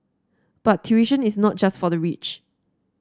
but tuition is not just for the rich